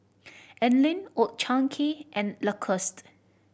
Anlene Old Chang Kee and Lacoste